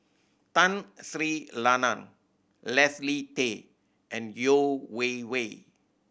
Tun Sri Lanang Leslie Tay and Yeo Wei Wei